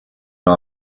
our